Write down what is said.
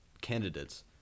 candidates